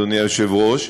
אדוני היושב-ראש,